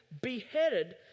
beheaded